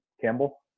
Campbell